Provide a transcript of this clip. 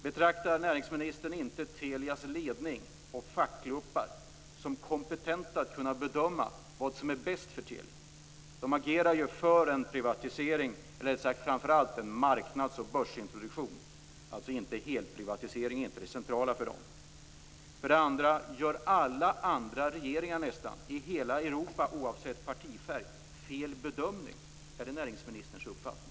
Betraktar inte näringsministern Telias ledning och fackklubbar som kompetenta att kunna bedöma vad som är bäst för Telia? De agerar ju för en privatisering, framför allt en marknads och börsintroduktion. En helprivatisering är inte det centrala för dem. Är det näringsministerns uppfattning att alla andra regeringar i hela Europa - oavsett partifärg - har gjort fel bedömning?